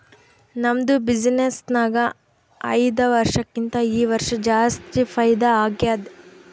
ನಮ್ದು ಬಿಸಿನ್ನೆಸ್ ನಾಗ್ ಐಯ್ದ ವರ್ಷಕ್ಕಿಂತಾ ಈ ವರ್ಷ ಜಾಸ್ತಿ ಫೈದಾ ಆಗ್ಯಾದ್